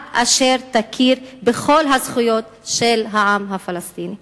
אשר תכיר בכל הזכויות של העם הפלסטיני.